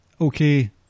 okay